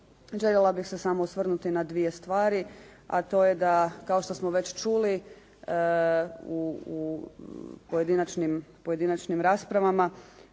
željela bih se samo osvrnuti na dvije stvari, a to je da, kao što smo već čuli u pojedinačnim raspravama,